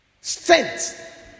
strength